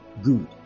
Good